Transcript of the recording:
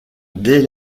dès